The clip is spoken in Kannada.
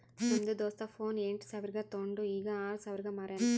ನಮ್ದು ದೋಸ್ತ ಫೋನ್ ಎಂಟ್ ಸಾವಿರ್ಗ ತೊಂಡು ಈಗ್ ಆರ್ ಸಾವಿರ್ಗ ಮಾರ್ಯಾನ್